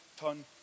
ton